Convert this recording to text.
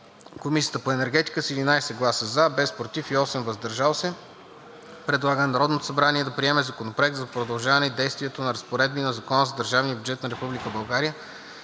Комисията по енергетика, с 11 гласа „за“ без „против“ и 8 гласа „въздържал се“ предлага на Народното събрание да приеме Законопроект за продължаване действието на разпоредби на Закона за държавния бюджет на Република България